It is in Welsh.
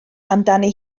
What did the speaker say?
amdani